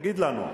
תגיד לנו.